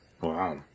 Wow